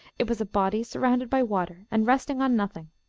it was a body surrounded by water, and resting on nothing.